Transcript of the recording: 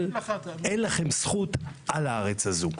אין לכם זכות על הארץ הזו.